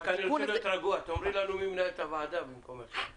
התיקון הזה שמשרד החקלאות מבקש להביא כאן לאישור שלנו,